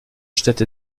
städte